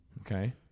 Okay